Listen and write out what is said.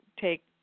take